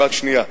רק שנייה,